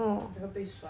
你整个背酸